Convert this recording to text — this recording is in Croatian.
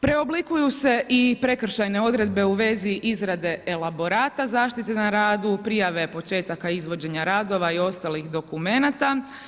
Preoblikuju se i prekršajne odredbe u vezi izrade elaborata zaštite na radu, prijave početaka izvođenja radova i ostalih dokumenata.